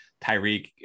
tyreek